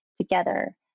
together